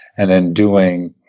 and then doing,